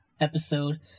episode